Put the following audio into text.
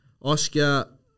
Oscar